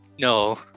No